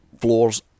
floors